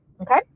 Okay